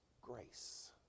grace